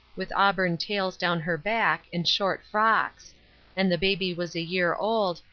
with auburn tails down her back, and short frocks and the baby was a year old,